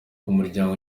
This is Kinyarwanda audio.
umuryango